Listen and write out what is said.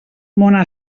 mona